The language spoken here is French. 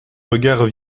regard